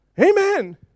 Amen